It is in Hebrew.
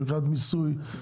מבחינת מיסוי,